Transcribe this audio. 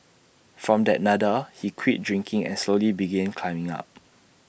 from that Nadir he quit drinking and slowly began climbing up